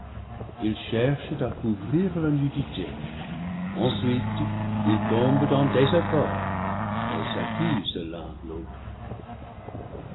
ils cherchent à couvrir leur nudité ensuite ils tombent en désaccord et s'accusent l'un l'autre